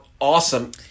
awesome